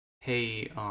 hey